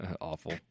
Awful